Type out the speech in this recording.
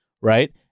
right